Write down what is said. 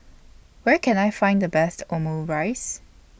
Where Can I Find The Best Omurice